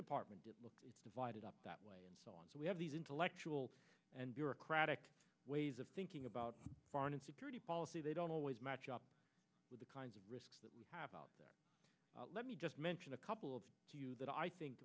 department look divided up that way and so on so we have these intellectual and bureaucratic ways of thinking about foreign and security policy they don't always match up with the kinds of risks that we have out there let me just mention a couple of that i think